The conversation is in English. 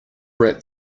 wrap